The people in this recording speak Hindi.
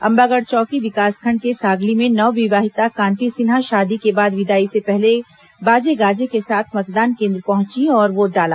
अंबागढ़ चौकी विकासखंड के सागली में नवविवाहिता कांति सिन्हा शादी के बाद विदाई से पहले बाजे गाजे के साथ मतदान केन्द्र पहुंची और वोट डाला